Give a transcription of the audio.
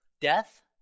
Death